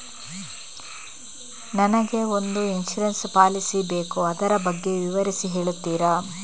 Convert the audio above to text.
ನನಗೆ ಒಂದು insurance policy ಬೇಕು ಅದರ ಬಗ್ಗೆ ವಿವರಿಸಿ ಹೇಳುತ್ತೀರಾ?